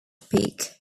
peak